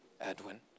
Edwin